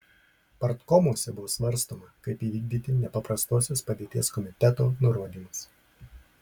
partkomuose buvo svarstoma kaip įvykdyti nepaprastosios padėties komiteto nurodymus